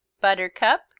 Buttercup